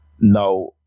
Now